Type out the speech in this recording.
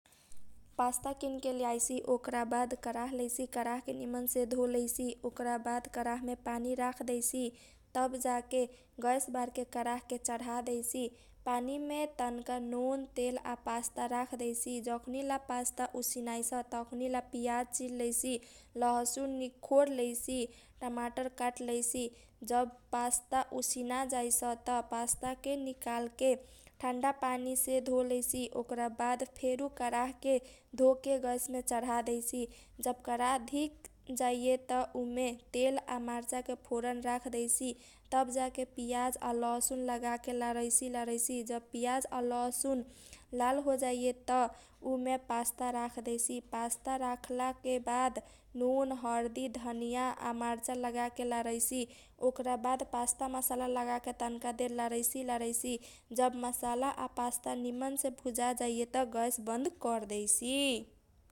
पासता किनके लैसी ओकरा बाद कराह लैसी कराहके निमनसे धोलैसी ओकरा बाद करामे पानी राख दैसी तब जाके गैस बारके कराहके धिकेला चढादैसी पानी मे तनका नुन, तेल, आ पासता राख दैसी जखुनीला पासता उसिनाइस तखुनीला पियाज चिर लैसी लहसुन निखोर लैसी टमाटर काट लैसी जब पासता उसिना जैस त पासताके निकालके ठानडा पानीसे धोलैसी ओकरा बाद फेरू कराहके धिकेला गैसमे चाडा दैसी जब कराह धिक जैए त तेल आ मार्चा के फोर्न राखदैसी तब जाके पियाज आ लहसुन लगाके लारैसी लारैसी जब पियाज आ लहसुन लाल होजैएत उमे पासता राख दैसी पासता राखलाके बाद नुन, हरदी, जिरा धनियाँ आ मार्चा लगाके लारैसी ओकरा बाद पासता मसाला लगाके तनका देर लारैसी लारैसी जब मसाला आ पासता निमनसे भुजा जैए त गैस बन्द करदैसी।